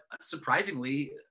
surprisingly